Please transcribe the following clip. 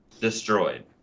destroyed